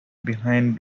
behind